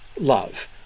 love